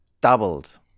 doubled